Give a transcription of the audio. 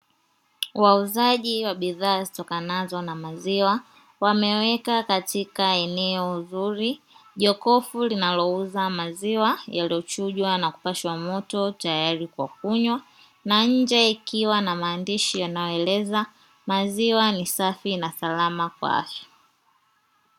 Wauzaji wa bidhaa zitokanazo na maziwa wameweka katika eneo zuri jokofu linalouza maziwa, yaliyochujwa na kupashwa moto tayari kwa kunywa. Na nje ikiwa na maandishi yanaeleza maziwa ni safi na salama kwa afya.